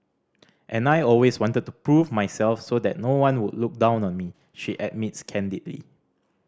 and I always wanted to prove myself so that no one would look down on me she admits candidly